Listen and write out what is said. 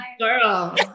Girl